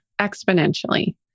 exponentially